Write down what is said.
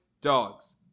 dogs